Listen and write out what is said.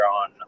on